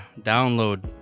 download